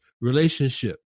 relationship